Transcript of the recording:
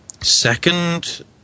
second